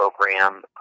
program